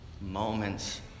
moments